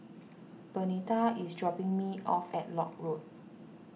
Bernita is dropping me off at Lock Road